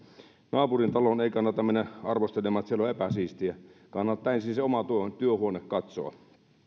naapurin taloon ei kannata mennä arvostelemaan että siellä on epäsiistiä kannattaa ensin se oma työhuone katsoa